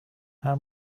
how